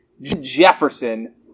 Jefferson